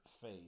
faith